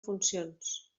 funcions